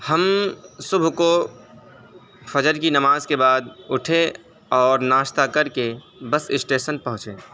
ہم صبح کو فجر کی نماز کے بعد اٹھے اور ناشتہ کر کے بس اسٹیشن پہنچے